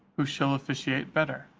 who shall officiate better.